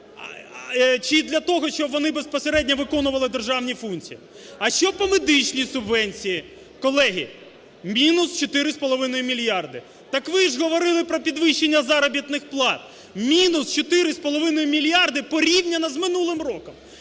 чи для того, щоб вони безпосередньо виконували державні функції? А що по медичній субвенції? Колеги, мінус 4,5 мільярди. Так ви ж говорили про підвищення заробітних плат! Мінус 4,5 мільярди порівняно з минулим роком!